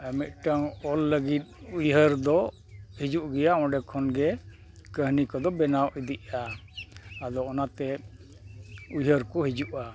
ᱢᱤᱫᱴᱟᱝ ᱚᱞ ᱞᱟᱹᱜᱤᱫ ᱩᱭᱦᱟᱹᱨ ᱫᱚ ᱦᱤᱡᱩᱜ ᱜᱮᱭᱟ ᱚᱸᱰᱮ ᱠᱷᱚᱱ ᱜᱮ ᱠᱟᱹᱦᱱᱤ ᱠᱚᱫᱚ ᱵᱮᱱᱟᱣ ᱤᱫᱤᱜᱼᱟ ᱟᱫᱚ ᱚᱱᱟᱛᱮ ᱩᱭᱦᱟᱹᱨ ᱠᱚ ᱦᱤᱡᱩᱜᱼᱟ